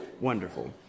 wonderful